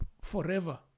forever